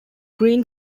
green